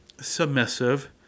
submissive